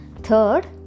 third